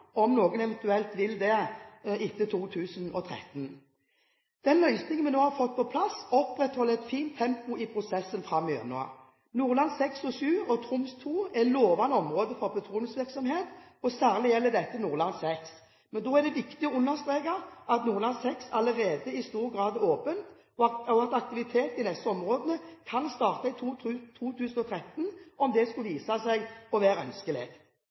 om noen eventuelt vil det etter 2013. Den løsningen vi nå har fått på plass, opprettholder et fint tempo i prosessen framover. Nordland VI og VII og Troms II er lovende områder for petroleumsvirksomhet – særlig gjelder dette Nordland VI. Da er det viktig å understreke at Nordland VI allerede i stor grad er åpnet, og at aktivitet i disse områdene kan starte i 2013, om det skulle vise seg å være